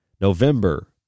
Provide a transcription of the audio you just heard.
November